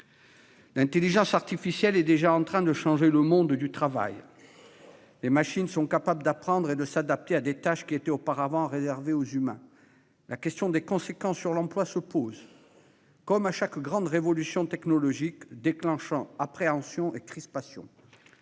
L'intelligence artificielle est déjà en train de changer le monde du travail. Les machines sont capables d'apprendre et de s'adapter à des tâches qui étaient auparavant réservées aux humains. La question des conséquences sur l'emploi se pose, comme à chaque grande révolution technologique, ce qui déclenche appréhensions et crispations.